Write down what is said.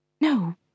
No